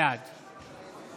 בעד